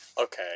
Okay